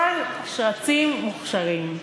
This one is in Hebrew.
כל השרצים מוכשרים.